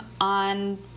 on